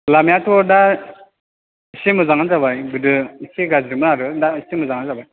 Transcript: लामायाथ' दा एसे मोजाङानो जाबाय गोदो एसे गाज्रिमोन आरो दा एसे मोजाङानो जाबाय